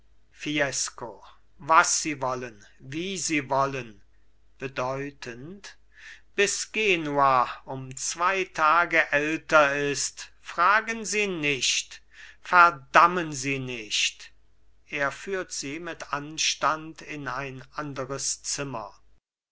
fiesco was sie wollen wie sie wollen bedeutend bis genua um zwei tage älter ist fragen sie nicht verdammen sie nicht er führt sie mit anstand in ein anderes zimmer